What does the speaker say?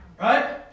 Right